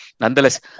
nonetheless